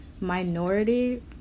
minority